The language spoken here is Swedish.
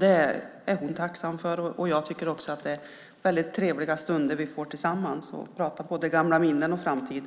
Det är hon tacksam för, och jag tycker att det är trevliga stunder vi får tillsammans att prata gamla minnen och framtid.